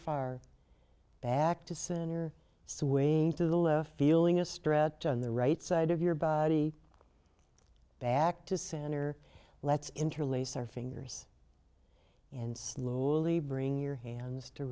far back to center swayed to the left feeling a stretch on the right side of your body back to center let's interlace our fingers and slowly bring your hands to